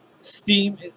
Steam